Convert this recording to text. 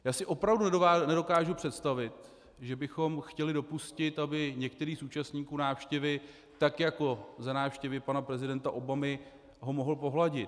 Já si opravdu nedokážu představit, že bychom chtěli dopustit, aby některý z účastníků návštěvy tak jako za návštěvy pana prezidenta Obamy ho mohl pohladit.